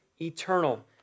eternal